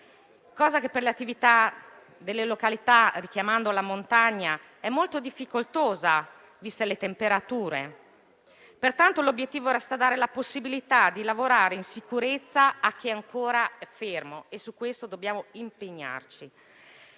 cosa che per le attività in alcune località, come quelle montane, è molto difficoltosa, viste le temperature, pertanto l'obiettivo resta dare la possibilità di lavorare in sicurezza a chi è ancora fermo e su questo dobbiamo impegnarci.